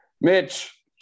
Mitch